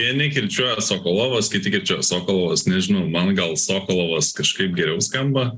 vieni kirčiuoja sokolovas kiti kirčiuoja sokolovas nežinau man gal sokolovas kažkaip geriau skamba